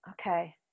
okay